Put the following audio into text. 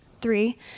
Three